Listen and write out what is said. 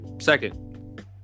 second